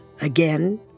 again